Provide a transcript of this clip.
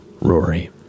Rory